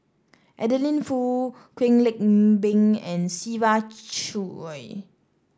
Adeline Foo Kwek Le Ng Beng and Siva Choy